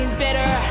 bitter